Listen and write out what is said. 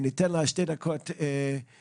ניתן לה שתי דקות להופיע.